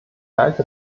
halte